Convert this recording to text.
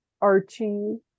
Archie